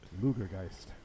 Lugergeist